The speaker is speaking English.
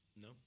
no